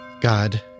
God